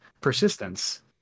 persistence